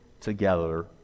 together